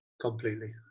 Completely